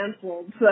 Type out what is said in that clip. canceled